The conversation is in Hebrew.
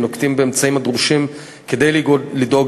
הם נוקטים את האמצעים הדרושים כדי לדאוג